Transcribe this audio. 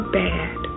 bad